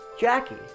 Jackie